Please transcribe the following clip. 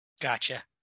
Gotcha